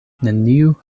neniu